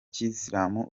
kisilamu